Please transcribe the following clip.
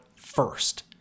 first